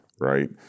Right